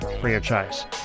franchise